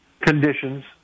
conditions